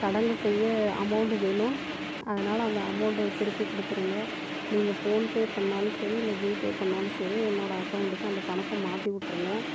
சடங்கு செய்ய அமௌண்ட்டு வேணும் அதனால அந்த அமௌண்ட்டை திருப்பி கொடுத்துருங்க நீங்கள் ஃபோன்பே பண்ணிணாலும் சரி இல்லை ஜிபே பண்ணிணாலும் சரி என்னோட அக்கவுண்ட்டுக்கு அந்த பணத்தை மாற்றி விட்ருங்க